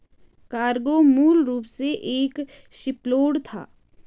cargo मूल रूप से एक शिपलोड था